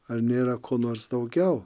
ar nėra ko nors daugiau